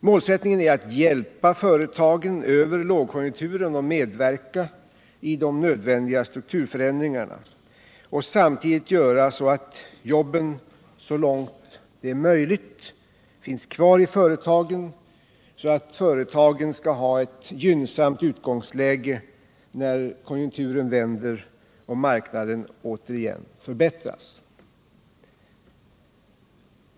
Målsättningen är att hjälpa företagen över lågkonjunkturen och medverka i de nödvändiga strukturförändringarna och samtidigt göra så att jobben så långt det är möjligt finns kvar i företagen för att dessa skall ha ett bra utgångsläge när konjunkturen vänder och marknaden förbättras.